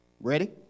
Ready